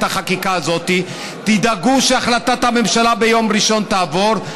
החקיקה הזאת: תדאגו שהחלטת הממשלה ביום ראשון תעבור.